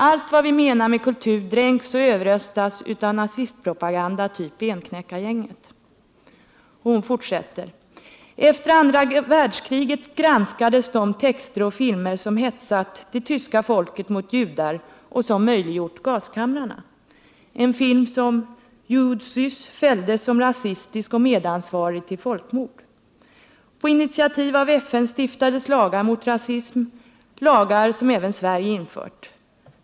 Allt vad vi menar med kultur dränks och överröstas av nazistpropaganda typ Benknäckargänget.” Hon fortsätter: ”Efter andra världskriget granskades de texter och filmer som hetsat det tyska folket mot judar och som möjliggjort gaskamrarna. En film som ”Jud Säss” fälldes som rasistisk och medansvarig till folkmord. På initiativ av FN stiftades lagar mot rasism, lagar som även Sverige infört.